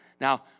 Now